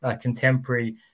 contemporary